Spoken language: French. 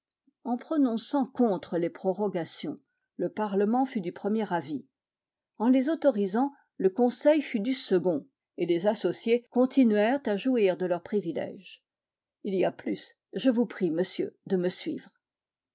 en prononçant contre les prorogations le parlement fut du premier avis en les autorisant le conseil fut du second et les associés continuèrent à jouir de leur privilège il y a plus je vous prie monsieur de me suivre